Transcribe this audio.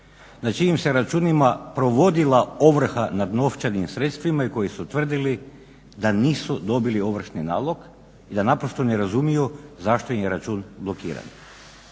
na čijim se računima provodila ovrha nad novčanim sredstvima i koji su tvrdili da nisu dobili ovršni nalog i da naprosto ne razumiju zašto im je račun blokiran.